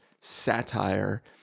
satire